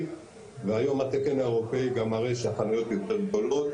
והיום התקן האירופי גם מראה שהחניות יותר גדולות,